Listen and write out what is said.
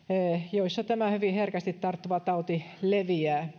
joissa tämä hyvin herkästi tarttuva tauti leviää